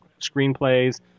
screenplays